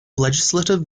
legislative